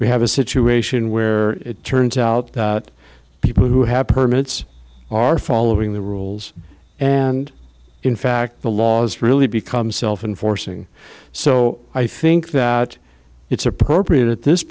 we have a situation where it turns out that people who have permits are following the rules and in fact the laws really become self and forcing so i think that it's appropriate at this